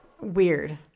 weird